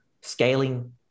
scaling